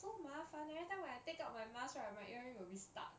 so 麻烦 everytime when I take out my mask right my earring will be stuck